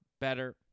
better